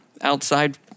outside